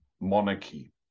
monarchy